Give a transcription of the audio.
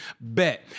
bet